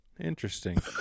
interesting